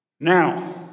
Now